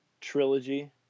trilogy